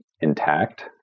intact